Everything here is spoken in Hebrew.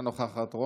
אינה נוכחת,